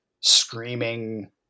screaming